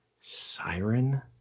Siren